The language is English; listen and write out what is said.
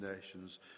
nations